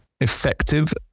effective